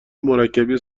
مرکبی